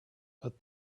but